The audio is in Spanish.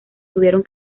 tuvieron